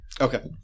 Okay